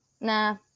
Nah